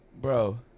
Bro